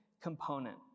component